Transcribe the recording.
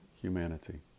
humanity